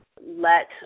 let